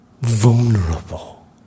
vulnerable